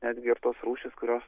netgi ir tos rūšys kurios